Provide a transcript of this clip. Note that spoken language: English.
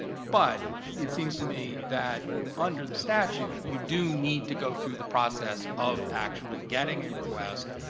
but it seems to me that under the statute, you do need to go through the process of actually getting a request.